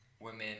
women